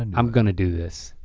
and i'm gonna do this.